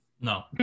No